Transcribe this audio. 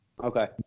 Okay